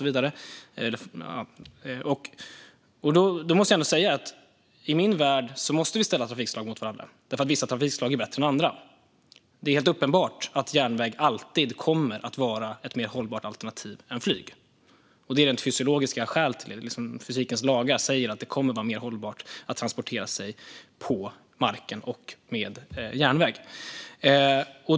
I min värld måste vi ställa trafikslag mot varandra eftersom vissa trafikslag är bättre än andra. Det är helt uppenbart att järnväg alltid kommer att vara ett mer hållbart alternativ än flyg, och det av rent fysiska skäl. Fysikens lagar säger att det kommer att vara mer hållbart att transportera sig på marken och med järnväg.